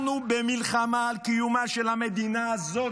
אנחנו במלחמה על קיומה של המדינה הזאת,